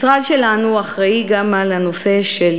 המשרד שלנו אחראי גם על הנושא של